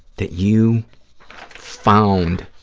that you found